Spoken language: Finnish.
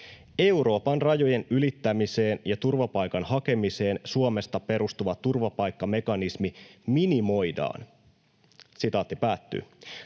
Euroopan rajojen ylittämiseen ja turvapaikan hakemiseen Suomesta perustuva turvapaikkamekanismi minimoidaan.” Tämä